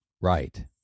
Right